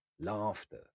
laughter